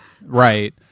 right